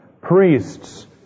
priests